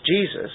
Jesus